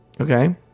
Okay